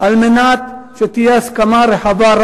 כדי שתהיה הסכמה רחבה.